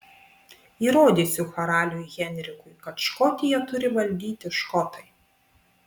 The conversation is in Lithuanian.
įrodysiu karaliui henrikui kad škotiją turi valdyti škotai